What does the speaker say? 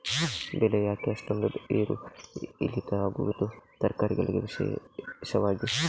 ಬೆಳೆ ಯಾಕೆ ಅಷ್ಟೊಂದು ಏರು ಇಳಿತ ಆಗುವುದು, ತರಕಾರಿ ಗಳಿಗೆ ವಿಶೇಷವಾಗಿ?